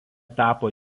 tapo